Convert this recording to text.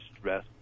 stress